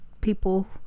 people